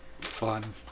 fun